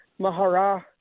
mahara